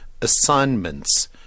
assignments